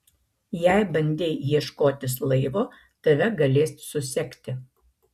jei bandei ieškotis laivo tave galės susekti